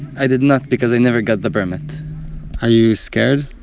i did not because i never got the permit are you scared?